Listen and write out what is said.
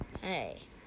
Hey